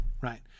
right